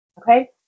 Okay